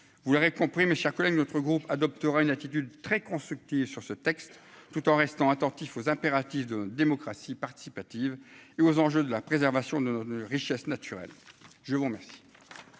vous verrez qu'on pris mes chers collègues, notre groupe adoptera une attitude très constructive sur ce texte, tout en restant attentif aux impératifs de démocratie participative et aux enjeux de la préservation de richesses naturelles, je vous remercie.